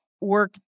work